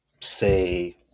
say